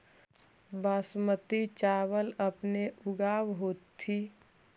बासमती चाबल अपने ऊगाब होथिं?